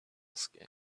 skin